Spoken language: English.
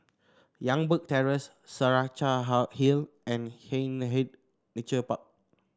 Youngberg Terrace Saraca How Hill and Hindhede Nature Park